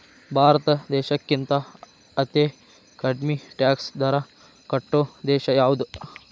ಭಾರತ್ ದೇಶಕ್ಕಿಂತಾ ಅತೇ ಕಡ್ಮಿ ಟ್ಯಾಕ್ಸ್ ದರಾ ಕಟ್ಟೊ ದೇಶಾ ಯಾವ್ದು?